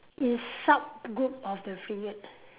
it's sub group of the Freegan